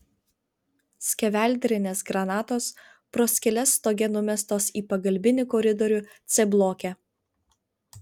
skeveldrinės granatos pro skyles stoge numestos į pagalbinį koridorių c bloke